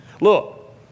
Look